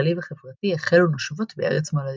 כלכלי וחברתי החלו נושבות בארץ מולדתה.